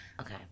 Okay